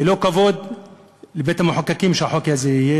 לא לכבוד בית-המחוקקים שהחוק הזה יהיה